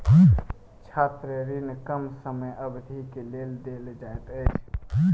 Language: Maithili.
छात्र ऋण कम समय अवधि के लेल देल जाइत अछि